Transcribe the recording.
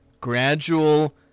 gradual